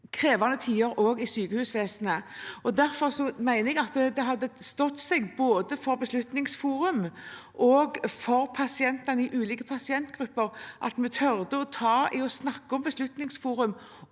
krevende tider også i sykehusvesenet. Derfor mener jeg at det hadde stått seg, både for Beslutningsforum og for pasientene i ulike pasientgrupper, at vi torde å ta i og snakke om Beslutningsforum.